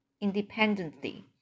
independently